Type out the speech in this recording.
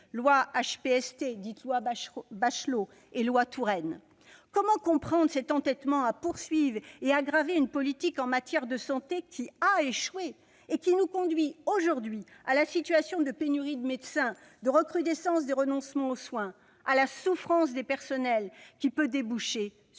loi HPST, dite loi Bachelot, et la loi Touraine. Comment comprendre cet entêtement à poursuivre et à aggraver une politique qui a échoué et qui nous conduit aujourd'hui à la situation de pénurie de médecins, de recrudescence des renoncements aux soins et à la souffrance des personnels qui peut déboucher sur des